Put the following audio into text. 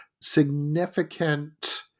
significant